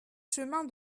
chemin